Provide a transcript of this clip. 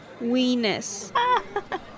Weenus